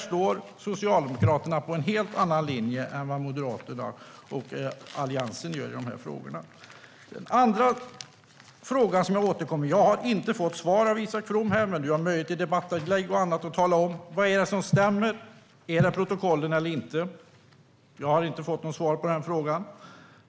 Socialdemokraterna går på en helt annan linje än Moderaterna och Alliansen gör i de här frågorna. En fråga som återkommer har jag inte fått svar på här av Isak From. Men han har möjlighet att i debattinlägg och annat tala om vad det är som stämmer. Är det protokollen eller inte? Jag har inte fått något svar på den frågan.